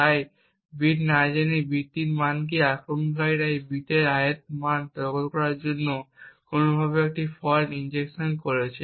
তাই বিট না জেনেই বিটটির মান কী আক্রমণকারী এই বিটের ith মান টগল করার জন্য কোনওভাবে একটি ফল্ট ইনজেকশন করেছে